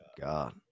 God